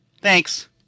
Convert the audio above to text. Thanks